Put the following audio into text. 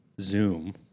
Zoom